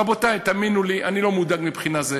רבותי, תאמינו לי, אני לא מודאג מבחינה זו.